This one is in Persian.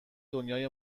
دنیای